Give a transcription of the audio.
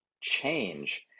change